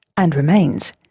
and remains,